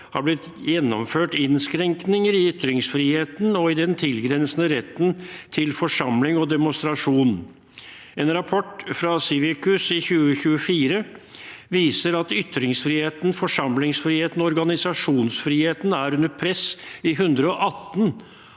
er blitt gjennomført innskrenkninger i ytringsfriheten og i den tilgrensende retten til forsamling og demonstrasjon. En rapport fra Civicus i 2024 viser at ytringsfriheten, forsamlingsfriheten og organisasjonsfriheten er under press i 118